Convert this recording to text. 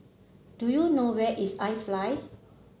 do you know where is iFly